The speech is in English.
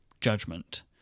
judgment